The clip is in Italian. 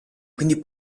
quindi